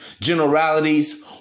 generalities